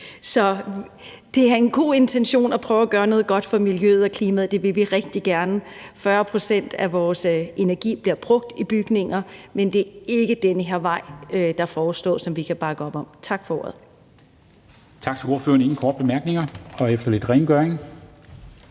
det er en god intention at prøve at gøre noget godt for miljøet og klimaet. Det vil vi rigtig gerne. 40 pct. af vores energi bliver brugt i bygninger, men det er ikke den her vej, der foreslås, som vi kan bakke op om. Tak for ordet.